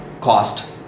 cost